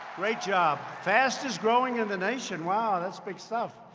great job. fastest-growing in the nation. wow, that's big stuff.